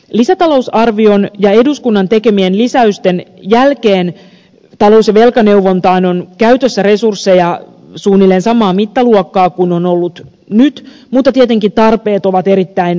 lisätalousarvion ja eduskunnan tekemien lisäysten jälkeen talous ja velkaneuvontaan on käytössä resursseja suunnilleen samaa mittaluokkaa kuin on ollut nyt mutta tietenkin tarpeet ovat erittäin valtavat